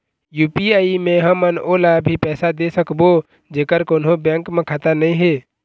UPI मे हमन ओला भी पैसा दे सकबो जेकर कोन्हो बैंक म खाता नई हे?